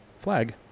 flag